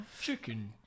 Chicken